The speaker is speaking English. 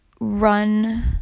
run